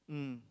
mm